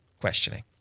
questioning